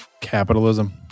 capitalism